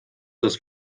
das